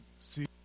see